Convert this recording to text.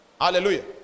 Hallelujah